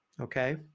okay